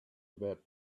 about